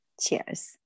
Cheers